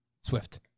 Swift